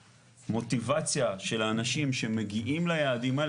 המוטיבציה של האנשים שמגיעים ליעדים האלה,